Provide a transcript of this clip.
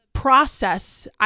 process